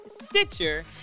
Stitcher